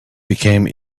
became